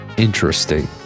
Interesting